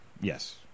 Yes